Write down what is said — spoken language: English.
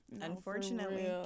Unfortunately